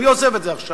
אני עוזב את זה עכשיו.